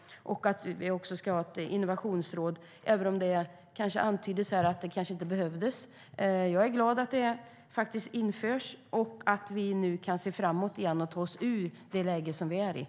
Vi ska också ha ett innovationsråd, även om det antyddes här att det kanske inte behövs. Men jag är glad över att det införs och att vi nu kan se framåt igen och ta oss ur det läge som vi är i.